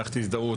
מערכת הזדהות,